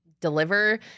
deliver